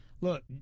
look